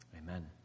Amen